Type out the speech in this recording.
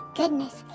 goodness